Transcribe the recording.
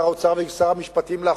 שר האוצר ולאחרונה שר המשפטים.